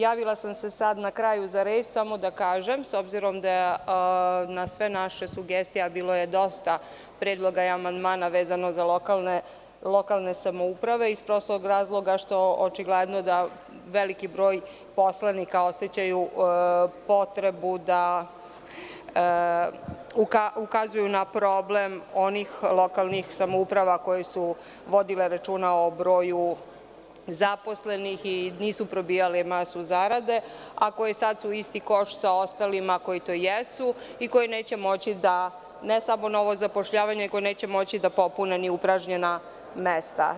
Javila sam se sad na kraju samo da kažem, s obzirom na sve naše sugestije, a bilo je dosta predloga i amandmana vezano za lokalne samouprave iz prostog razloga što očigledno veliki broj poslanika osećaju potrebu da ukažu na problem onih lokalnih samouprava koje su vodile računa o broju zaposlenih i nisu probijale masu zarade, a koje su sada u istom košu sa ostalima koje to jesu i koje neće moći ne samo da zapošljavaju nego da popune upražnjena mesta.